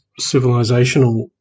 civilizational